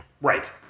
Right